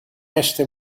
este